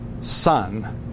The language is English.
son